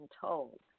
told